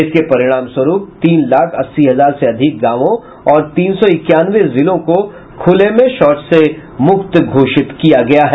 इसके परिणाम स्वरूप तीन लाख अस्सी हजार से अधिक गांवों और तीन सौ इक्यानवे जिलों को खुले में शौच से मुक्त घोषित किया गया है